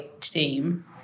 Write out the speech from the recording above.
team